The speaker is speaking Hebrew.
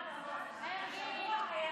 חינוך,